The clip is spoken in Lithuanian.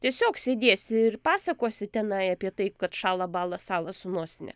tiesiog sėdėsi ir pasakosi tenai apie tai kad šąla bąla sąla su nosine